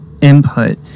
input